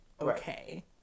Okay